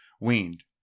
weaned